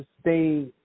stay